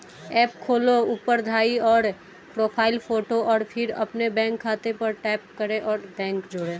app खोलो, ऊपर दाईं ओर, प्रोफ़ाइल फ़ोटो और फिर अपने बैंक खाते पर टैप करें और बैंक जोड़ें